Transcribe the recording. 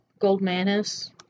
Goldmanis